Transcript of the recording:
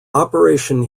operation